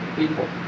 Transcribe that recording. people